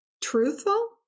truthful